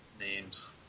names